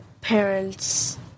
parents